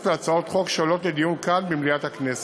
להצעות חוק שעולות לדיון כאן במליאת הכנסת.